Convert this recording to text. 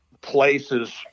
places